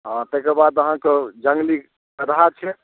हाँ ताहिके बाद अहाँक जङ्गली गदहा छै